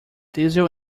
diesel